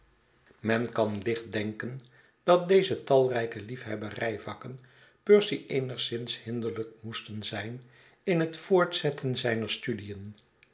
men kan licht denken dat deze talrijke liefhebberijvakken percy eenigszins hinderlijkmoesten zijn in het voortzetten zijner studien